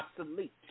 obsolete